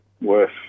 worse